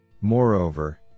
Moreover